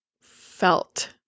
felt